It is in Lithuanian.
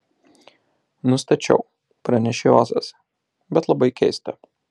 nustačiau pranešė ozas bet labai keista